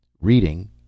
Reading